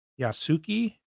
yasuki